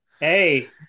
Hey